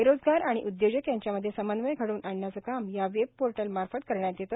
बेरोजगार आणि उदयोजक यांच्यामध्ये समन्वय घडवून आणण्याचे काम या वेबपोर्टलमार्फत करण्यात येते